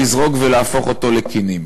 לזרוק ולהפוך אותו לכינים.